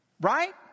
right